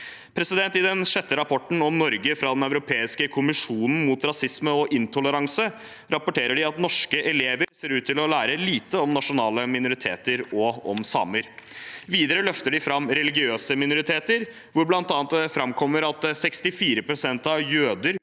minoritetene. I den sjette rapporten om Norge fra Den europeiske kommisjonen mot rasisme og intoleranse rapporterer de at norske elever ser ut til å lære lite om nasjonale minoriteter og om samer. Videre løfter de fram religiøse minoriteter, hvor det bl.a. framkommer at 64 pst. av jøder